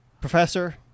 Professor